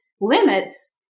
limits